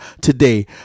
today